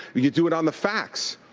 when you do it on the facts.